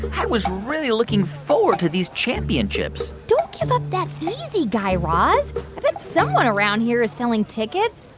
i was really looking forward to these championships don't give up that easy, guy raz. i bet someone around here is selling tickets.